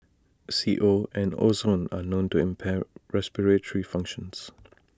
C O and ozone are known to impair respiratory functions